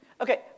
Okay